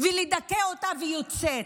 ולדכא אותה ויוצאת,